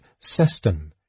Seston